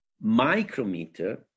micrometer